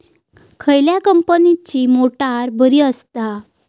खयल्या कंपनीची मोटार बरी असता?